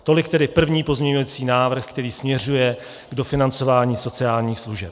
Tolik tedy první pozměňovací návrh, který směřuje k dofinancování sociálních služeb.